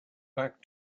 back